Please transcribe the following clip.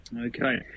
Okay